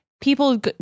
people